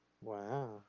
Wow